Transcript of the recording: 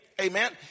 Amen